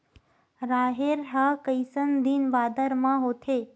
राहेर ह कइसन दिन बादर म होथे?